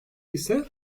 ise